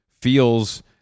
feels